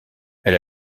elle